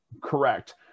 Correct